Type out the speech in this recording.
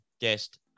guest